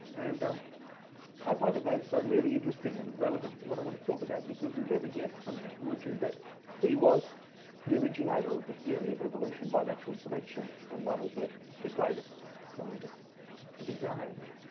and um i find the gravestone really interesting and relevant to what i want to talk about. because you'd never guess from that, would you, that he was the originator of the theory of evolution by natural selection and one of the greatest scientists of his age.